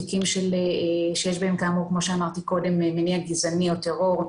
תיקים שיש בהם בין היתר כמו שאמרתי קודם מניע גזעני או טרור,